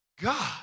God